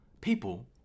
People